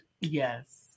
Yes